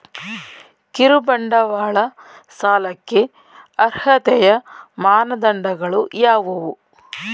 ಕಿರುಬಂಡವಾಳ ಸಾಲಕ್ಕೆ ಅರ್ಹತೆಯ ಮಾನದಂಡಗಳು ಯಾವುವು?